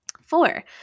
Four